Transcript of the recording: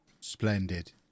Splendid